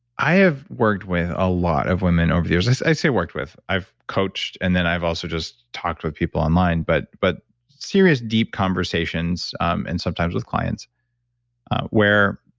i have worked with a lot of women over the years. i say worked with. i've coached and then i've also just talked with people online, but but serious deep conversations um and sometimes with clients where